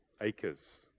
acres